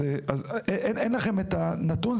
אז אין לכם את הנתון.